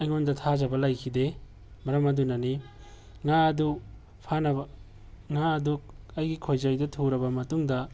ꯑꯩꯉꯣꯅꯗ ꯊꯥꯖꯕ ꯂꯩꯈꯤꯗꯦ ꯃꯔꯝ ꯑꯗꯨꯅꯅꯤ ꯉꯥ ꯑꯗꯨ ꯐꯥꯅꯕ ꯉꯥ ꯑꯗꯨ ꯑꯩꯒꯤ ꯈꯣꯏꯖꯩꯗ ꯊꯨꯔꯕ ꯃꯇꯨꯡꯗ